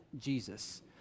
Jesus